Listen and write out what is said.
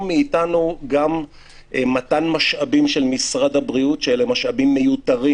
מאתנו גם מתן משאבים של משרד הבריאות שאלה משאבים מיותרים.